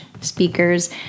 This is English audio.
speakers